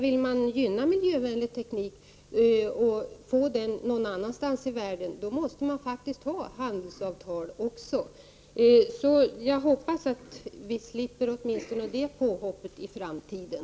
Vill vi gynna miljövänlig teknik och medverka till att den införs någon annanstans i världen, då måste vi faktiskt ha handelsavtal — jag hoppas således att vi slipper åtminstone det påhoppet i framtiden!